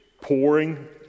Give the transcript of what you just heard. pouring